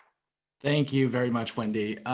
thank you very much, wendy.